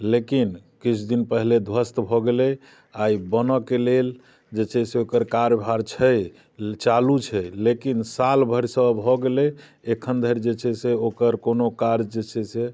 लेकिन किछु दिन पहिने ध्वस्त भऽ गेलै आइ बनयके लेल जे छै से ओकर कार्य भार छै चालू छै लेकिन साल भरिसँ भऽ गेलै एखन धरि जे छै से ओकर कोनो काज जे छै से